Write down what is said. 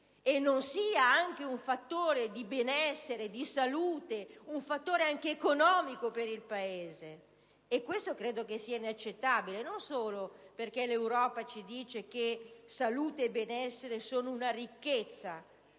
e non sia anche un fattore di benessere e di salute che incide sull'economia del Paese. Questo credo sia inaccettabile, non solo perché l'Europa ci dice che salute e benessere sono la ricchezza